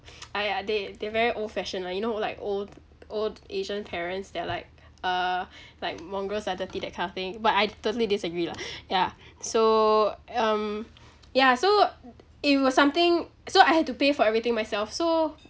!aiya! they they're very old fashioned lah you know like old old asian parents they're like uh like mongrels are dirty that kind of thing but I totally disagree lah yeah so um ya so it was something so I had to pay for everything myself so